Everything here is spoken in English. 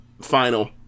final